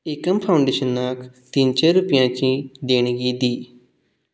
एकम फावंडेशनाक तिनशीं रुपयाची देणगी दी